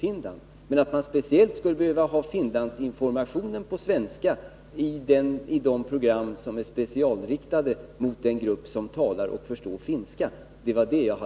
Finland. Det som jag hade svårt att förstå var att man skulle behöva översätta till svenska Finlandsinformationen i de program som är specialriktade mot den grupp som talar och förstår finska.